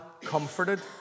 comforted